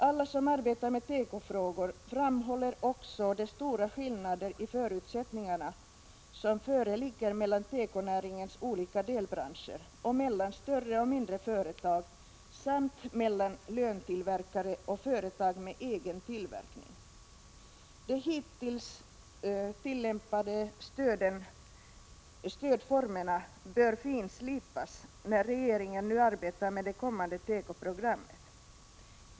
Alla som arbetar med tekofrågor framhåller också de stora skillnader i förutsättningarna som föreligger mellan tekonäringens olika delbranscher och mellan större och mindre företag samt mellan löntillverkare och företag med egen tillverkning. De hittills tillämpade stödformerna bör finslipas när regeringen nu arbetar med det kommande tekoprogrammet.